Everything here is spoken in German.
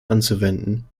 anzuwenden